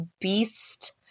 beast